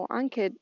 anche